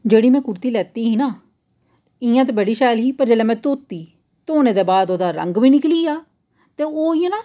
जेह्ड़ी में कुर्ती लैती ही ना इ'यां ते बड़ी शैल ही ते जेह्लै में धोत्ती धोने दे बाद ओह्दा रंग बी निकली गेआ ते ओह् इ'यां ना